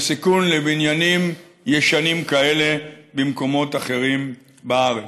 הסיכון לבניינים ישנים כאלה במקומות אחרים בארץ.